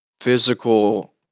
physical